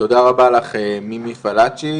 תודה רבה לך מימי פלצ'י,